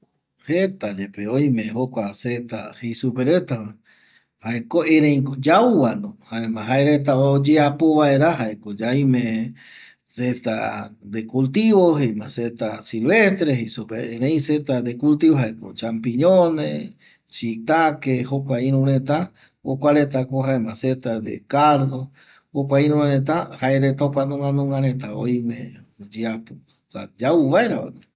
Jeta yepe oime jokua seta jei superetava jaeko ereiko yauvano jaema jaereta oyeapo vaera jaeko jaeko yaime reta de cultivo seta silvestre erei sete de cultivo jaeko champiñone chitake jokua iru retra jokua retako jaeko seta de cardo jokua iru reta jaereta jokuanunga nunga reta oime oyeapo yauvaera